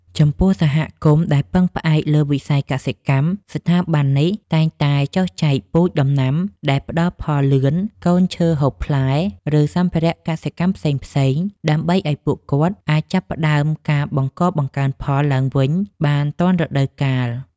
ចំពោះសហគមន៍ដែលពឹងផ្អែកលើវិស័យកសិកម្ម ស្ថាប័ននេះតែងតែចុះចែកពូជដំណាំដែលផ្ដល់ផលលឿន កូនឈើហូបផ្លែ ឬសម្ភារកសិកម្មផ្សេងៗ ដើម្បីឱ្យពួកគាត់អាចចាប់ផ្ដើមការបង្កបង្កើនផលឡើងវិញបានទាន់រដូវកាល។